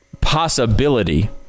possibility